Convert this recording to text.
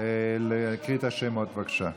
להקריא את השמות, בבקשה.